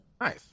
Nice